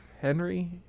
Henry